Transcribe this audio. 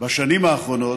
בשנים האחרונות,